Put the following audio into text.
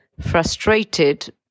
frustrated